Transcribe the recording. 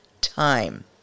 time